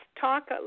talk